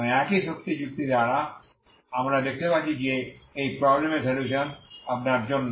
এবং একই শক্তি যুক্তি দ্বারা আমরা দেখতে পাচ্ছি যে এই প্রবলেম র সলিউশন আপনার জন্য